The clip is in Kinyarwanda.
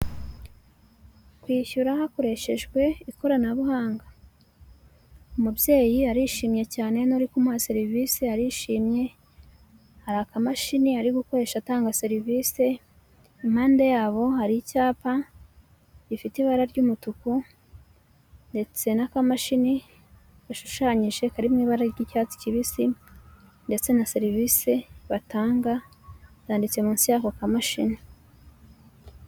Kwishyura hakoreshejwe ikoranabuhanga, umubyeyi arishimye cyane n'uri kumuha serivise arishimye, hari akamashini ari gukoresha atanga serivise, impande yabo hari icyapa gifite ibara ry'umutuku ndetse n'akamashini gashushanyije kari mu ibara ry'icyatsi kibisi ndetse na serivise batanga yanditse munsi y'ako kamashini.